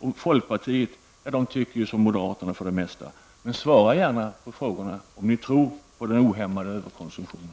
Gör folkpartiet -- man tycker ju för det mesta som moderaterna? Men svara gärna på de här frågorna och tala om för oss om ni tror på den ohämmade överkonsumtionen.